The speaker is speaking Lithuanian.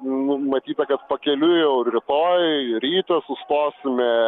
numatyta kad pakeliui jau rytoj rytą sustosime